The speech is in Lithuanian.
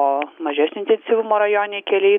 o mažesnio intensyvumo rajoniniai keliai